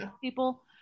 people